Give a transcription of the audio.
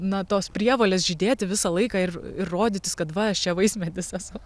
na tos prievolės žydėti visą laiką ir ir rodytis kad va aš čia vaismedis esu